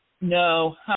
No